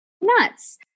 nuts